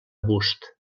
bust